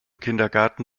kindergarten